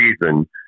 reason